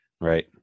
right